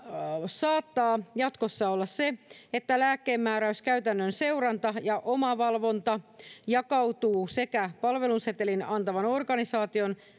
saattaa jatkossa olla se että lääkkeenmääräyskäytännön seuranta ja omavalvonta jakautuvat sekä palvelusetelin antavan organisaation